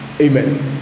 Amen